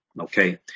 Okay